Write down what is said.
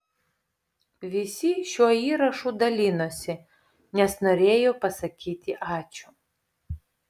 visi šiuo įrašu dalinosi nes norėjo pasakyti ačiū